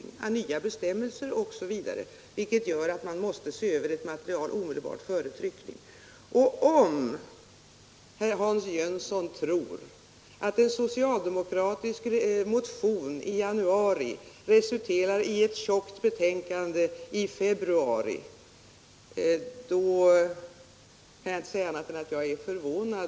Det blir nya bestämmelser m.m., vilket gör att man måste se över ett material omedelbart före tryckning. Om herr Hans Jönsson tror att en socialdemokratisk motion i januari resulterar i ett tjockt betänkande i februari, kan jag inte säga annat än att jag är förvånad.